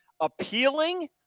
appealing